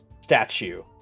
statue